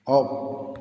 off